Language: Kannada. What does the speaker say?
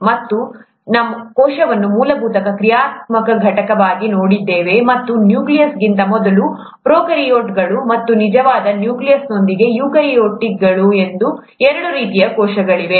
ಮತ್ತು ನಂತರ ನಾವು ಕೋಶವನ್ನು ಮೂಲಭೂತ ಕ್ರಿಯಾತ್ಮಕ ಘಟಕವಾಗಿ ನೋಡಿದ್ದೇವೆ ಮತ್ತು ನ್ಯೂಕ್ಲಿಯಸ್ಗಿಂತ ಮೊದಲು ಪ್ರೊಕಾರ್ಯೋಟ್ಗಳು ಮತ್ತು ನಿಜವಾದ ನ್ಯೂಕ್ಲಿಯಸ್ನೊಂದಿಗೆ ಯೂಕ್ಯಾರಿಯೋಟ್ಗಳು ಎಂಬ ಎರಡು ರೀತಿಯ ಕೋಶಗಳಿವೆ